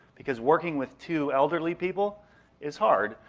because working with two elderly people is hard,